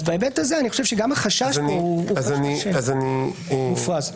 גם החשש פה הוא מופרז לדעתי.